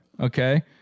Okay